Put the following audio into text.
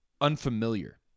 unfamiliar